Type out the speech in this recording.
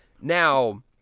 Now